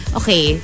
okay